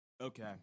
Okay